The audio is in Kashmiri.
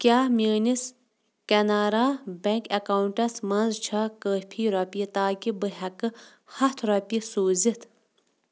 کیٛاہ میٛٲنِس کٮ۪نَرا بٮ۪نٛک اٮ۪کاوُنٛٹَس منٛز چھےٚ کٲفی رۄپیہِ تاکہِ بہٕ ہٮ۪کہٕ ہَتھ رۄپیہِ سوٗزِتھ